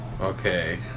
Okay